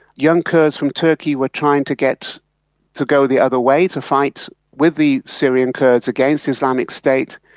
young kurds from turkey were trying to get to go the other way to fight with the syrian kurds against islamic state,